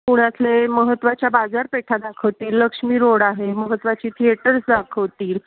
पुण्यातले महत्त्वाच्या बाजारपेठा दाखवतील लक्ष्मी रोड आहे महत्त्वाची थिएटर्स दाखवतील